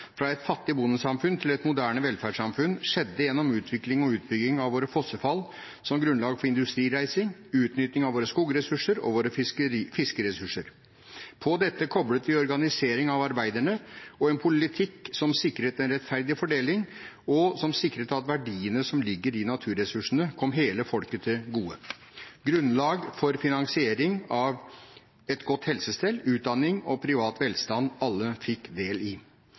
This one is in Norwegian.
fra et fattig bondesamfunn til et moderne velferdssamfunn skjedde gjennom utvikling og utbygging av våre fossefall som grunnlag for industrireising, utnytting av våre skogressurser og våre fiskeressurser. På dette koblet vi organisering av arbeiderne og en politikk som sikret en rettferdig fordeling, og som sikret at verdiene som ligger i naturressursene, kom hele folket til gode. Dette ga grunnlag for finansiering av et godt helsestell, utdanning og privat velstand alle fikk ta del i